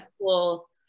cool